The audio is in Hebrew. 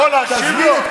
אדוני היושב-ראש,